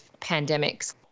pandemics